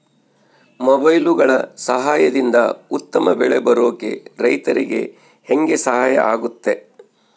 ಮೊಬೈಲುಗಳ ಸಹಾಯದಿಂದ ಉತ್ತಮ ಬೆಳೆ ಬರೋಕೆ ರೈತರಿಗೆ ಹೆಂಗೆ ಸಹಾಯ ಆಗುತ್ತೆ?